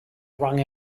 wrung